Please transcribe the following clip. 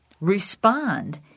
respond